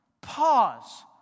Pause